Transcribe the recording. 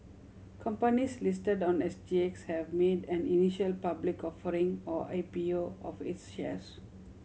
companies listed on S G X have made an initial public offering or I P U of its shares